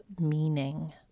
meaning